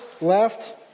left